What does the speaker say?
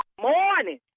morning